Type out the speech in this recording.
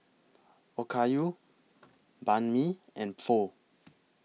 Okayu Banh MI and Pho